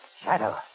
Shadow